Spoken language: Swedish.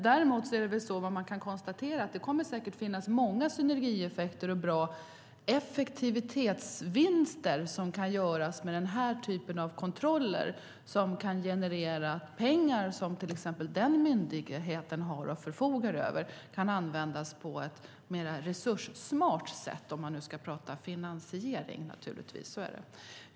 Jag kan dock konstatera att många synergieffekter och bra effektivitetsvinster säkert kan göras med denna typ av kontroller. Det kan generera pengar som till exempel den myndigheten kan använda på ett mer resurssmart sätt, om vi nu ska tala om finansiering.